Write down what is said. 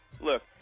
Look